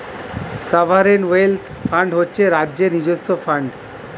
sovereign wealth fund হচ্ছে রাজ্যের নিজস্ব ফান্ড